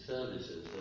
Services